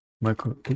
Michael